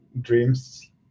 dreams